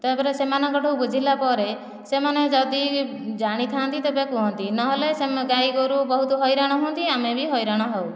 ତାପରେ ସେମାନଙ୍କଠୁ ବୁଝିଲା ପରେ ସେମାନେ ଯଦି ଜାଣିଥାନ୍ତି ତେବେ କୁହନ୍ତି ନହେଲେ ସେମ୍ ଗାଈ ଗୋରୁ ବହୁତ ହଇରାଣ ହୁଅନ୍ତି ଆମେ ବି ହଇରାଣ ହେଉ